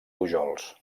pujols